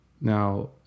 Now